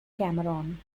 cameron